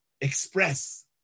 express